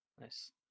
nice